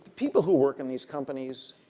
people who work in these companies,